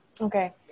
Okay